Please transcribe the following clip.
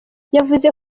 yavuze